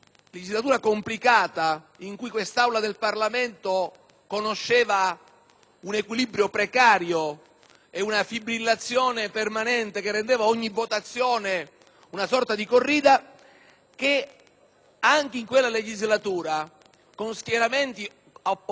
un equilibrio precario e una fibrillazione permanente che rendeva ogni votazione una sorta di corrida, con schieramenti opposti per responsabilità di Governo e di opposizione, sulla giustizia,